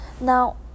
now